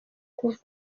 kuvuga